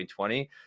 2020